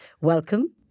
welcome